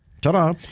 Ta-da